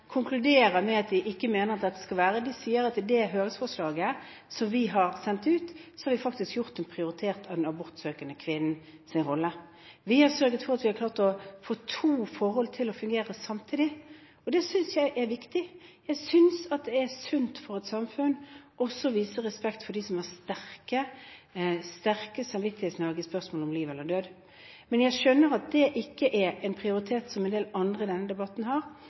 med dem som konkluderer med at de ikke mener at dette skal være – sier at vi i det høringsforslaget som vi har sendt ut, faktisk har prioritert den abortsøkende kvinnens rolle. Vi har sørget for at vi har klart å få to forhold til å fungere samtidig, og det synes jeg er viktig. Jeg synes det er sunt at et samfunn også viser respekt for dem som har sterkt samvittighetsnag i spørsmålet om liv eller død. Men jeg skjønner at det ikke er en prioritet som en del andre i denne debatten har,